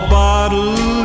bottle